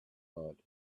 night